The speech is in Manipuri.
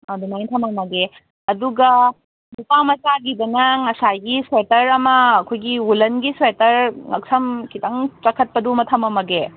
ꯑꯗꯨꯃꯥꯏ ꯊꯃꯝꯃꯒꯦ ꯑꯗꯨꯒ ꯅꯨꯄꯥ ꯃꯆꯥꯒꯤꯗꯅ ꯉꯁꯥꯏꯒꯤ ꯁ꯭ꯋꯦꯇꯔ ꯑꯃ ꯑꯩꯈꯣꯏꯒꯤ ꯋꯨꯂꯟꯒꯤ ꯁ꯭ꯋꯦꯇꯔ ꯉꯛꯁꯝ ꯈꯤꯇꯪ ꯆꯈꯠꯄꯗꯨꯃ ꯊꯃꯝꯃꯒꯦ